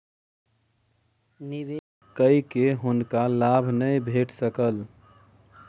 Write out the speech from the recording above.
निवेश कय के हुनका लाभ नै भेट सकल